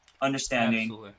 understanding